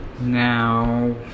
Now